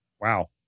wow